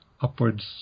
upwards